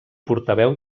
portaveu